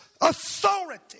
authority